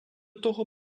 того